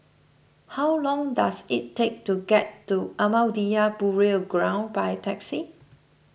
how long does it take to get to Ahmadiyya Burial Ground by taxi